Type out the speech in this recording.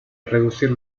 reducir